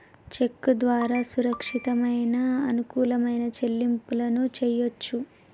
చెక్కు ద్వారా సురక్షితమైన, అనుకూలమైన చెల్లింపులను చెయ్యొచ్చు